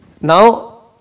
Now